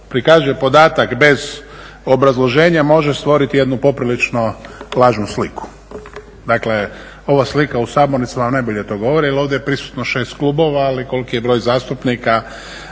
prikaže podatak bez obrazloženja može stvoriti jednu poprilično lažnu sliku. Dakle ova slika u Sabornici vam najbolje to govori jer ovdje je prisutno 6 klubova, ali koliki je broj zastupnika